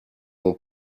mon